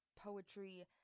poetry